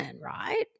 right